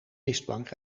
mistbank